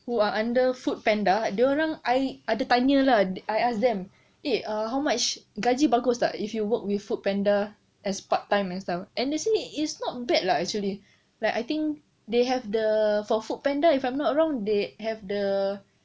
who are under foodpanda dia orang I ada tanya lah I ask them eh how much gaji bagus tak if you work with foodpanda as part time and stuff and they say it it's not bad lah actually like I think they have the for foodpanda if I'm not wrong they have the